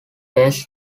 texts